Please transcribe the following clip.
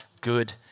good